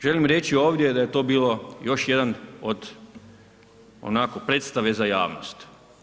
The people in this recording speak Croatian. Želim reći ovdje da je to bilo još jedan od onako predstave za javnost.